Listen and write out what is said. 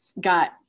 got